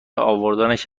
اوردنش